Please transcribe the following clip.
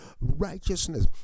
righteousness